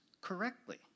correctly